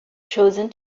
chosen